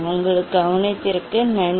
உங்கள் கவனத்திற்கு நன்றி